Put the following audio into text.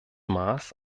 maß